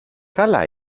καλά